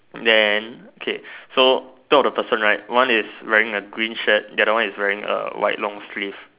then okay so two of the person right one is wearing a green shirt the other one is wearing a white long sleeve